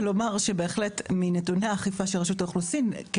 ולומר שבהחלט מנתוני האכיפה של רשות האוכלוסין,